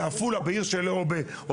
בעפולה או באילת,